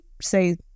say